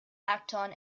acton